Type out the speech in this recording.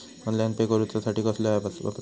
Online pay करूचा साठी कसलो ऍप वापरूचो?